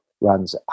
runs